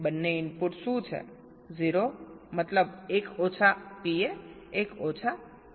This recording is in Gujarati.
તેથી બંને ઇનપુટ શું છે 0 મતલબ 1 ઓછા PA 1 ઓછા PB